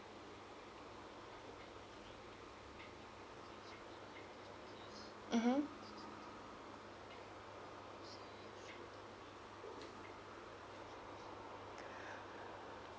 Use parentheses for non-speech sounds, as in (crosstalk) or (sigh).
mmhmm (breath)